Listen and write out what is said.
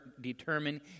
determine